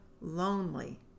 lonely